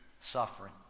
suffering